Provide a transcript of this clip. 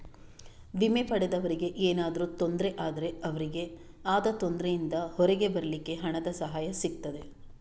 ವಿಮೆ ಪಡೆದವರಿಗೆ ಏನಾದ್ರೂ ತೊಂದ್ರೆ ಆದ್ರೆ ಅವ್ರಿಗೆ ಆದ ತೊಂದ್ರೆಯಿಂದ ಹೊರಗೆ ಬರ್ಲಿಕ್ಕೆ ಹಣದ ಸಹಾಯ ಸಿಗ್ತದೆ